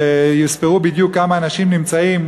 שיספרו בדיוק כמה אנשים נמצאים,